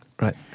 Right